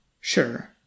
sure